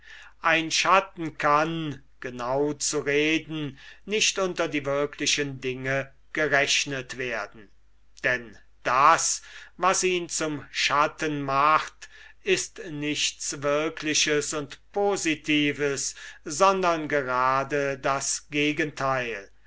ein schatten kann genau zu reden nicht unter die wirklichen dinge gerechnet werden denn das was ihn zum schatten macht ist nichts wirkliches und positives sondern gerade das gegenteil